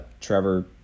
trevor